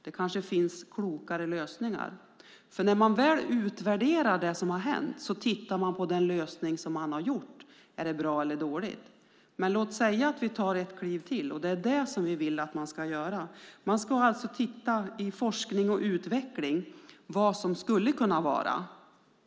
Det kanske finns klokare lösningar. När man väl utvärderar det som har hänt tittar man på den lösning som man har gjort. Är det bra eller dåligt? Men låt oss säga att vi tar ett kliv till. Det är det som vi vill att man ska göra. Man ska alltså titta i forskning och utveckling hur det skulle kunna vara.